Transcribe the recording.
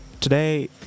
today